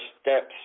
steps